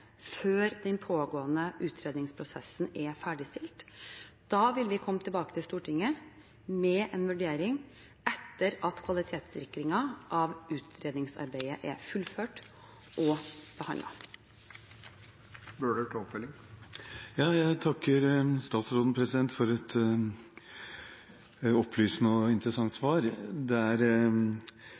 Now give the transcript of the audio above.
før den pågående utredningsprosessen er ferdigstilt. Vi vil komme tilbake til Stortinget med en vurdering etter at kvalitetssikringen av utredningsarbeidet er fullført og behandlet. Jeg takker for statsråden for et opplysende og interessant svar.